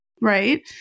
right